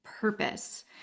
Purpose